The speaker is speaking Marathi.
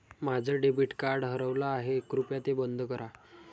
माझं डेबिट कार्ड हरवलं आहे, कृपया ते बंद करा